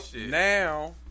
now